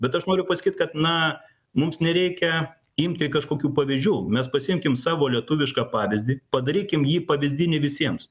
bet aš noriu pasakyt kad na mums nereikia imti kažkokių pavyzdžių mes pasiimkim savo lietuvišką pavyzdį padarykim jį pavyzdinį visiems